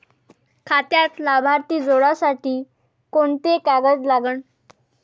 खात्यात लाभार्थी जोडासाठी कोंते कागद लागन?